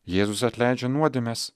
jėzus atleidžia nuodėmes